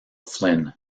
flynn